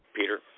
Peter